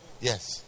Yes